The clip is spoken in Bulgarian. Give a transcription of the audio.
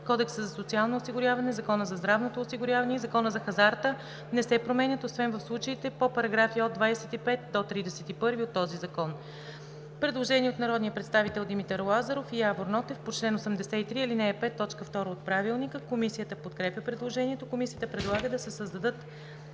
Кодекса за социално осигуряване, Закона за здравното осигуряване и Закона за хазарта не се променят, освен в случаите по § 25 – 31 от този закон.“ Предложение на народните представители Димитър Лазаров и Явор Нотев по чл. 83, ал. 5, т. 2 от Правилника. Комисията подкрепя предложението. Комисията предлага да се създаде